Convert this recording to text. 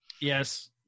Yes